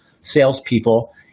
salespeople